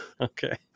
okay